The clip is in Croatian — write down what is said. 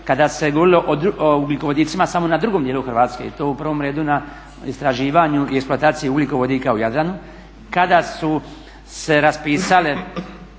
kada se govorilo o ugljikovodicima samo na drugom dijelu Hrvatske i to u prvom redu na istraživanju i eksploataciji ugljikovodika u Jadranu. Kada su se raspisali